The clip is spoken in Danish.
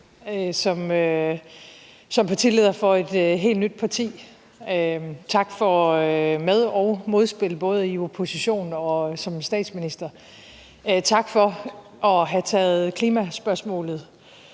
som partileder for et helt nyt parti. Tak for med- og modspil, både da jeg var i opposition og som statsminister, tak for at have taget klimaspørgsmålet